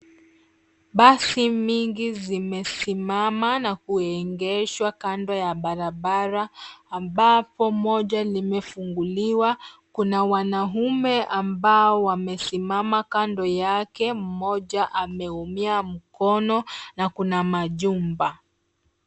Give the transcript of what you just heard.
Basi mingi zimesimama na kuegeshwa kando ya barabara ambapo moja limefunguliwa. Kuna wanaume ambao wamesimama kando yake, mmoja ameumia mkono na kuna majumba.